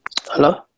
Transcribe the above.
Hello